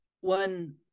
One